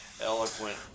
eloquent